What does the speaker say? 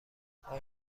آیا